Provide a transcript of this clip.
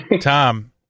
Tom